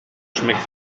schmeckt